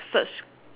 search